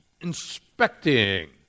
inspecting